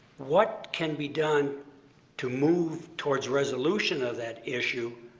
what can be done to move towards resolution of that issue?